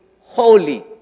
Holy